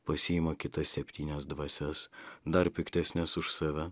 pasiima kitas septynias dvasias dar piktesnes už save